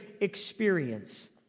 experience